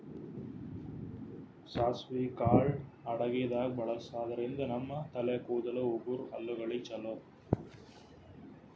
ಸಾಸ್ವಿ ಕಾಳ್ ಅಡಗಿದಾಗ್ ಬಳಸಾದ್ರಿನ್ದ ನಮ್ ತಲೆ ಕೂದಲ, ಉಗುರ್, ಹಲ್ಲಗಳಿಗ್ ಛಲೋ